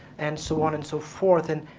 and so on and so forth. and